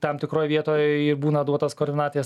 tam tikroj vietoj būna duotos koordinatės